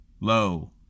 Lo